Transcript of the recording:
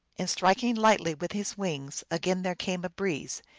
and striking lightly with his wings, again there came a breeze,